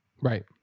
Right